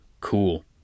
Cool